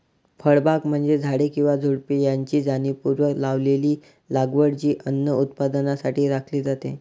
फळबागा म्हणजे झाडे किंवा झुडुपे यांची जाणीवपूर्वक लावलेली लागवड जी अन्न उत्पादनासाठी राखली जाते